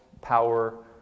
power